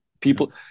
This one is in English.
people